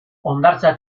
hondartza